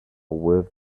worth